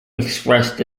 expressed